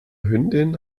hündin